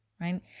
right